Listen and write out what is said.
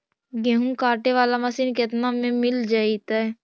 गेहूं काटे बाला मशीन केतना में मिल जइतै?